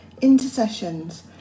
intercessions